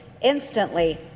instantly